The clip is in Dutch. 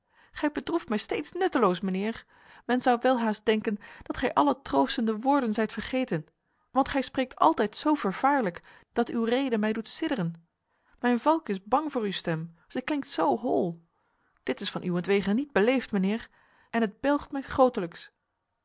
gij bedroeft mij steeds nutteloos mijnheer men zou welhaast denken dat gij alle troostende woorden zijt vergeten want gij spreekt altijd zo vervaarlijk dat uw rede mij doet sidderen mijn valk is bang voor uw stem zij klinkt zo hol dit is van uwentwege niet beleefd mijnheer en het belgt mij